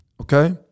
Okay